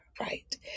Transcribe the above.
right